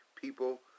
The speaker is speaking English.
people